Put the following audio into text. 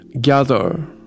gather